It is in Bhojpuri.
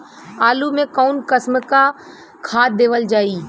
आलू मे कऊन कसमक खाद देवल जाई?